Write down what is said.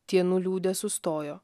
tie nuliūdę sustojo